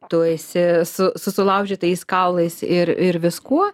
tu esi su su sulaužytais kaulais ir ir viskuo